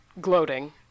gloating